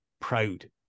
proud